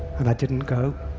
and i didn't go.